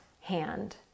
hand